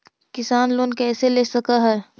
किसान लोन कैसे ले सक है?